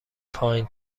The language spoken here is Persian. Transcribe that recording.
پایین